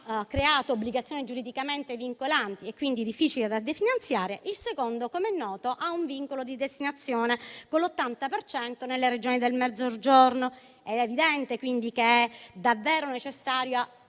creato obbligazioni giuridicamente vincolanti e quindi difficili da definanziare, il secondo, com'è noto, ha un vincolo di destinazione con l'80 per cento nelle Regioni del Mezzogiorno ed è evidente quindi che è davvero necessario